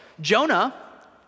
Jonah